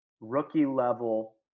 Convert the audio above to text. rookie-level